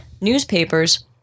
Newspapers